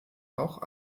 auch